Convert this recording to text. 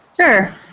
Sure